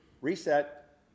reset